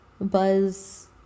Buzz